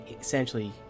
essentially